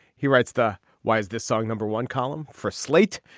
he writes the why is this song number one column for slate,